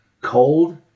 Cold